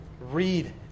read